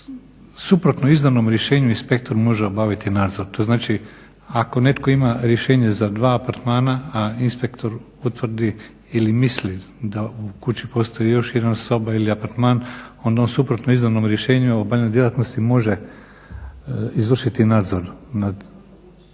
da suprotno izdanom rješenju inspektor može obaviti nadzor, to znači ako netko ima rješenje za dva apartmana a inspektor utvrdi ili misli da u kući postoji još jedna soba ili apartman onda on suprotno izdanom rješenju o obavljanju djelatnosti može izvršiti nadzor